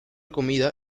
comida